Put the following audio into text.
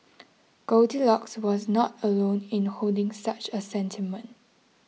goldilocks was not alone in holding such a sentiment